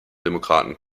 demokraten